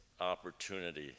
opportunity